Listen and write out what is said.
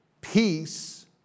peace